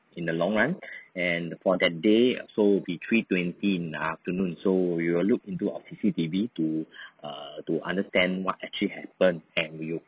in the long run and for that day so it'll be three twenty in the afternoon so we will look into our C_C_T_V to err to understand what actually happened and we